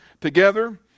together